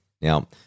Now